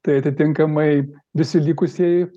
tai atitinkamai visi likusieji